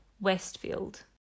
Westfield